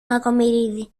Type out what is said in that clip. κακομοιρίδη